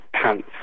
pants